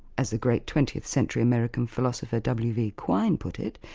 as the great twentieth century american philosopher w. v. quine put it,